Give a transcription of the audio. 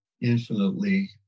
infinitely